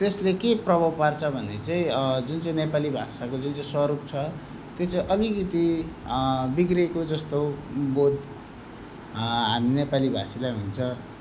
त्यसले के प्रभाव पार्छ भने चाहिँ जुन चाहिँ नेपाली भाषाको जुन चाहिँ स्वरूप छ त्यो चाहिँ अलिकति बिग्रिएको जस्तो बोध हामी नेपाली भाषीलाई हुन्छ